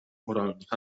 moralnych